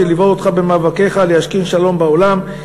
שליווה אותך במאבקיך להשכין שלום בעולם,